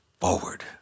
forward